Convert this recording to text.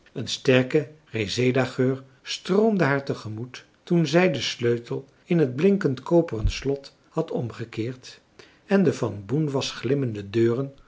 een sterke reseda geur stroomde haar tegemoet toen zij den sleutel in het blinkend koperen slot had omgekeerd en de van boenwas glimmende deuren